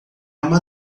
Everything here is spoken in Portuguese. uma